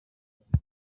rwanda